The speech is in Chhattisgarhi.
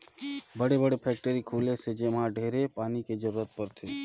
बड़े बड़े फेकटरी खुली से जेम्हा ढेरे पानी के जरूरत परथे